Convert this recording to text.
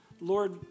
Lord